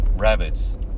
rabbits